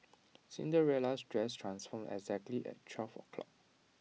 Cinderella's dress transformed exactly at twelve o' clock